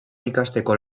ikasteko